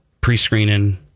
pre-screening